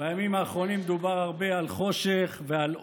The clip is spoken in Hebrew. בימים האחרונים דובר הרבה על חושך ועל אור,